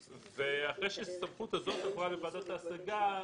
אחרי שהסמכות הזו עברה לוועדת ההשגה,